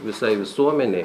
visai visuomenei